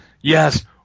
Yes